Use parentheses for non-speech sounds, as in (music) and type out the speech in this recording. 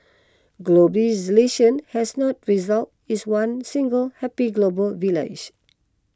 (unintelligible) has not resulted is one single happy global village